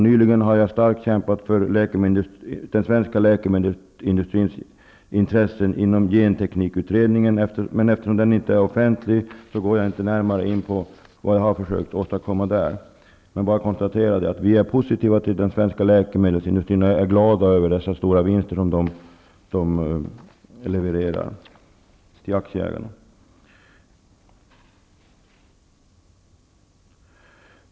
Nyligen har jag starkt kämpat för den svenska läkemedelsindustrins intressen inom genteknikutredningen, men eftersom den inte är offentlig, går jag inte närmare in på vad jag där försökt åstadkomma. Jag vill bara konstatera att vi är positiva till den svenska läkemedelsindustrin. Jag är glad över de stora vinster som den levererar till aktieägarna.